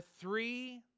three